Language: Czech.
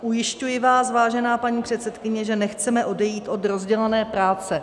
Ujišťuji vás, vážená paní předsedkyně, že nechceme odejít od rozdělané práce.